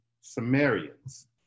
Sumerians